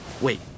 Wait